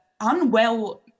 unwell